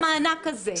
למענק הזה.